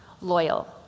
Loyal